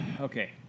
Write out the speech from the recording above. okay